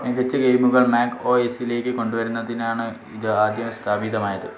മികച്ച ഗെയിമുകൾ Mac O എസിലേക്ക് കൊണ്ടുവരുന്നതിനാണ് ഇത് ആദ്യം സ്ഥാപിതമായത്